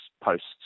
posts